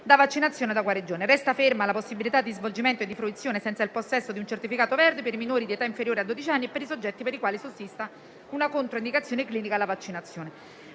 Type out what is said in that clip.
da vaccinazione o da guarigione. Resta ferma la possibilità di svolgimento e di fruizione senza il possesso di un certificato verde per i minori di età inferiore a dodici anni e per i soggetti per i quali sussista una controindicazione clinica alla vaccinazione.